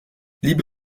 liebe